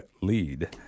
Lead